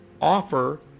offer